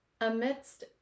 amidst